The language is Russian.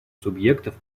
субъектов